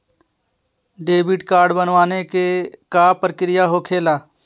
Debit card बनवाने के का प्रक्रिया होखेला?